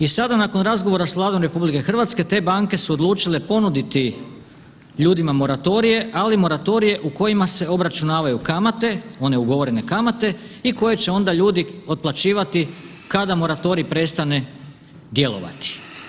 I sada nakon razgovora sa Vladom RH te banke su odlučile ponuditi ljudima moratorije, ali moratorije u kojima se obračunavaju kamate, one ugovorene kamate i koje će onda ljudi otplaćivati kada moratorij prestane djelovati.